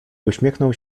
uśmiechnął